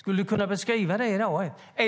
Skulle du kunna beskriva det i dag?